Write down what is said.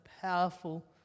powerful